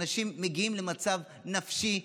אנשים מגיעים למצב נפשי,